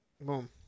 Boom